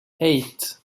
eight